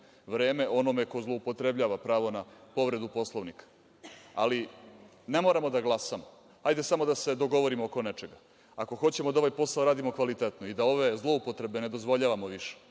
vreme onome ko zloupotrebljava pravo na povredu Poslovnika. Ne moramo da glasamo, hajde samo da se dogovorimo oko nečega. Ako hoćemo da ovaj posao radimo kvalitetno i da ove zloupotrebe ne dozvoljavamo više,